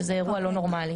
שזה אירוע לא נורמלי.